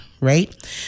right